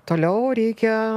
toliau reikia